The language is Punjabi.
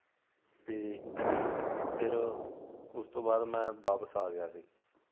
ਅਤੇ ਫਿਰ ਉਸ ਤੋਂ ਬਾਅਦ ਮੈਂ ਵਾਪਸ ਆ ਗਿਆ ਸੀ